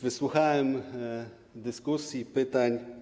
Wysłuchałem dyskusji i pytań.